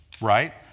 Right